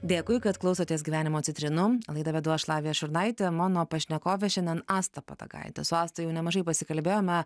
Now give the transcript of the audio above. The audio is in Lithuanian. dėkui kad klausotės gyvenimo citrinų laidą vedu aš lavija šurnaitė mano pašnekovė šiandien asta padagaitė su asta jau nemažai pasikalbėjome